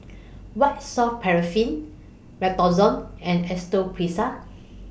White Soft Paraffin Redoxon and